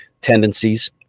tendencies